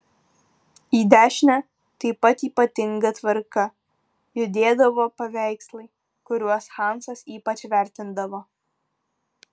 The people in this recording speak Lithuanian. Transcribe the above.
į dešinę taip pat ypatinga tvarka judėdavo paveikslai kuriuos hansas ypač vertindavo